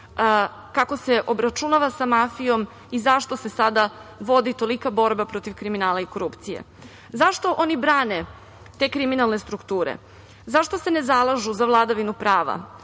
kako se obračunava sa mafijom i zašto se sada vodi tolika borba protiv kriminala i korupcije? Zašto oni brane te kriminalne strukture? Zašto se ne zalažu za vladavinu prava,